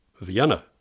Vienna